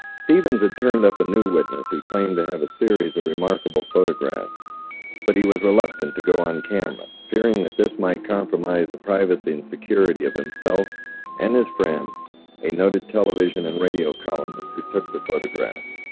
stevens had turned up a new witness who claimed to and have a series of remarkable photographs but he was reluctant to go on camera fearing that this might compromise the privacy and security of himself and his friend a noted television and radio columnist who took the photographs